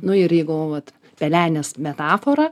nu ir jeigu vat pelenės metaforą